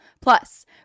Plus